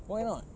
why not